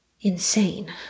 insane